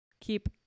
keep